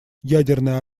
ядерное